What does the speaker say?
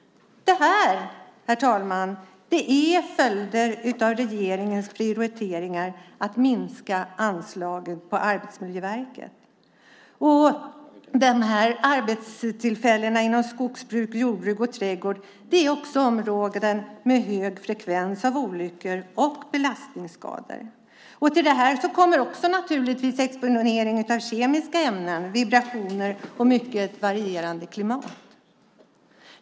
Herr talman! Det här är följder av regeringens prioriteringar och minskningen av anslagen till Arbetsmiljöverket. Skogsbruk, jordbruk och trädgård är näringar med hög frekvens av olyckor och belastningsskador. Till detta kommer naturligtvis också exponering för kemiska ämnen, vibrationer och mycket varierande klimat.